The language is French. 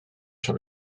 sur